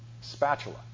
Spatula